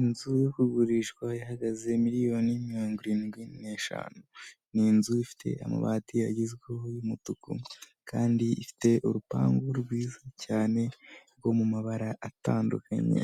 Inzu yo kugurishwa ihagaze miliyoni mirongo irindwi n'eshanu. Ni inzu ifite amabati agezweho y'umutuku kandi ifite urupangu rwiza cyane rwo mabara atandukanye,